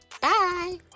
Bye